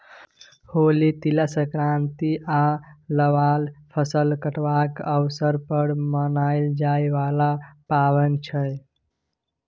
होली, तिला संक्रांति आ लबान फसल कटबाक अबसर पर मनाएल जाइ बला पाबैन छै